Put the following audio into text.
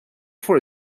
for